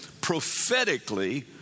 prophetically